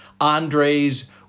Andres